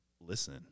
listen